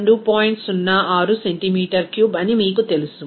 06 centimetre cube అని మీకు తెలుసు